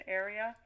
area